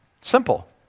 Simple